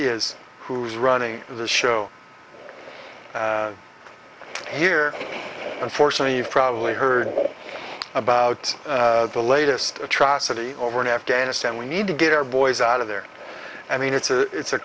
is who's running the show here unfortunately you've probably heard about the latest atrocity over in afghanistan we need to get our boys out of there i mean it's a